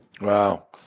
Wow